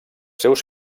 seus